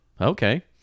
okay